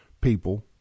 people